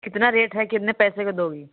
कितना रेट है कितने पैसे के दोगी